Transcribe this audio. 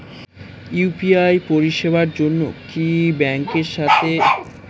UPI পরিষেবার জন্য কি ব্যাংকের সাথে নেট ব্যাঙ্কিং সুযোগ সুবিধা থাকতে হবে?